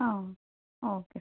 ആ ഓക്കെ